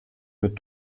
mit